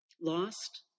lost